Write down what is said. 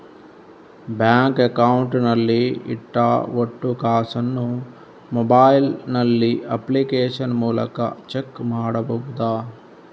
Bank account ನಲ್ಲಿ ಇಟ್ಟ ಒಟ್ಟು ಕಾಸನ್ನು ಮೊಬೈಲ್ ನಲ್ಲಿ ಅಪ್ಲಿಕೇಶನ್ ಮೂಲಕ ಚೆಕ್ ಮಾಡಬಹುದಾ?